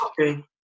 Okay